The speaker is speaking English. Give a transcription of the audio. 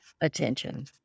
attention